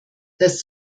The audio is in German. das